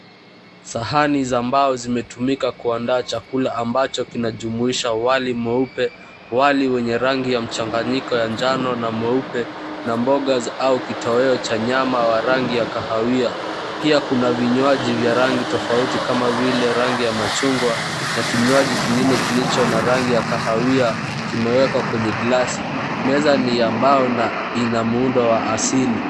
Sahani za mbao zimetumika kuandaa chakula ambacho kinajumuisha wali mweupe, wali wenye rangi ya mchanganyiko wa njano na mweupe na mboga au kitoweo cha nyama wa rangi ya kahawia. Pia kuna vinywaji vya rangi tofauti kama vile ya rangi ya machungwa na kinywaji kingine kilicho na rangi ya kahawia. Kimewekwa kwenye glasi. Meza ni ya mbao na ina muundo ya asili.